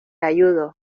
ayudo